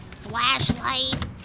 flashlight